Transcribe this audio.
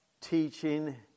teaching